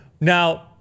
Now